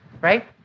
right